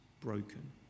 broken